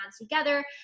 together